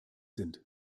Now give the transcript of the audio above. sind